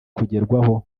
kugerwaho